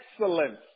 excellence